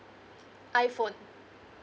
iphone